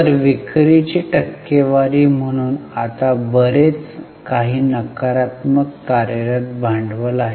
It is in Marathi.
तर विक्रीची टक्केवारी म्हणून आता बरेच काही नकारात्मक कार्यरत भांडवल आहे